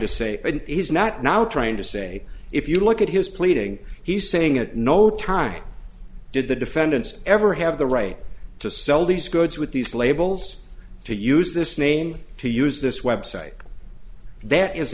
to say he's not now trying to say if you look at his pleading he's saying at no time did the defendants ever have the right to sell these goods with these playbills to use this name to use this website that is